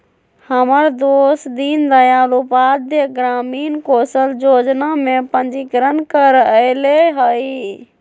हमर दोस दीनदयाल उपाध्याय ग्रामीण कौशल जोजना में पंजीकरण करएले हइ